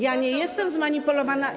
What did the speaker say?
Ja nie jestem zmanipulowana.